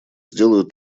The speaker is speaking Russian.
сделаю